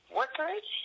workers